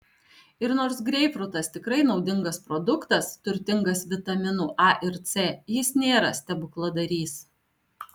ir nors greipfrutas tikrai naudingas produktas turtingas vitaminų a ir c jis nėra stebukladarys